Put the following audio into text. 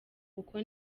uko